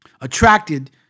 attracted